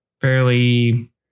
fairly